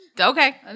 Okay